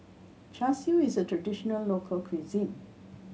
Char Siu is a traditional local cuisine